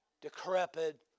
decrepit